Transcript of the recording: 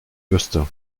wüsste